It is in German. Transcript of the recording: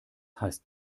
heißt